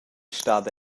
stada